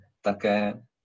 také